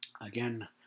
Again